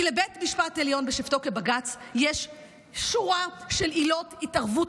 כי לבית משפט העליון בשבתו כבג"ץ יש שורה של עילות התערבות,